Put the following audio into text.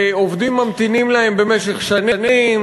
שעובדים ממתינים להן במשך שנים,